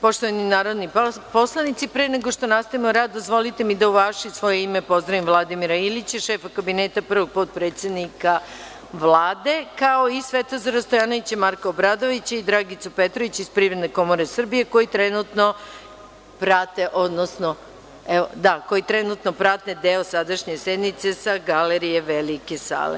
Poštovani narodni poslanici, pre nego što nastavimo rad, dozvolite mi da u vaše i svoje ime pozdravim Vladimira Ilića, šefa kabineta prvog potpredsednika Vlade, kao i Svetozara Stojanovića, Marka Obradovića i Dragicu Petrović iz Privredne komore Srbije, koji trenutno prate deo sadašnje sednice sa galerije velike sale.